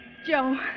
Joe